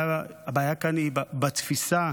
הבעיה כאן היא בתפיסה